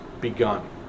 begun